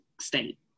state